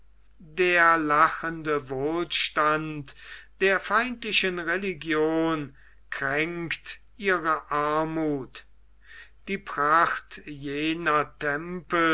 der lachende wohlstand der feindlichen religion kränkt ihre armuth die pracht jener tempel